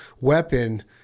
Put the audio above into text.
weapon